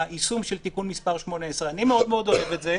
היישום של תיקון מס' 18. אני מאוד מאוד אוהב את זה,